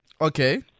Okay